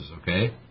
okay